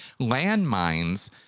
landmines